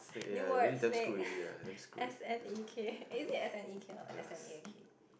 new word snake S N E K is it S N E K or is it S N A K E